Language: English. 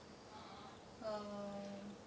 err